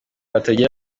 batagira